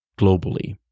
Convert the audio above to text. globally